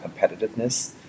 competitiveness